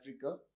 Africa